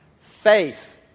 faith